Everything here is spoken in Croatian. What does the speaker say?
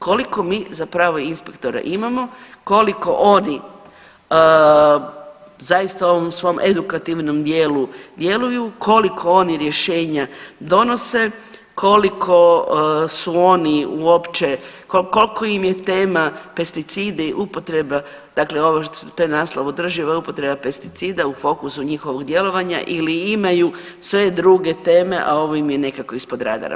Koliko mi zapravo inspektora imamo, koliko oni zaista ovom svom edukativnom dijelu djeluju, koliko oni rješenja donose, koliko su oni uopće, koliko im je tema pesticidi, upotreba, dakle ovo što je u naslovu održiva upotreba pesticida u fokusu njihovog djelovanja ili imaju sve druge teme, a ovo im je nekako ispod radara.